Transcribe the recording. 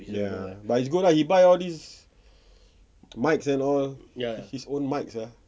ya but it's good lah he buy all these mikes and all his own mikes ah